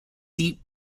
deep